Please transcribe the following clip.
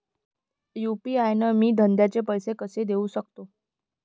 UPI न मी धंद्याचे पैसे कसे देऊ सकतो?